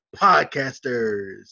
Podcasters